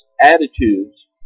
attitudes